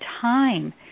time